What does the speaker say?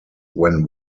when